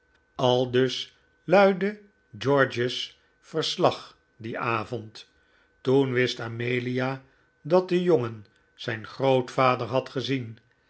aldus luidde george's verslag dien avond toen wist amelia dat de jongen zijn grootvader had gezien